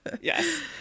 Yes